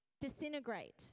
disintegrate